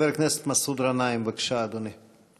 חבר הכנסת מסעוד גנאים, בבקשה, אדוני.